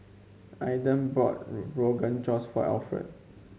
Aiden bought Rogan Josh for Alfred